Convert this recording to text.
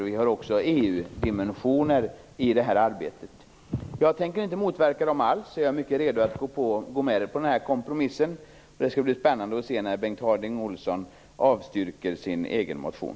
Det finns också EU dimensioner i det här arbetet. Jag tänker inte alls motverka detta. Jag är redo att gå med på Bengt Harding Olsons kompromiss. Det skall bli spännande att se när Bengt Harding Olson avstyrker sin egen motion.